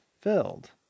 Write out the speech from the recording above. filled